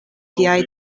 tiaj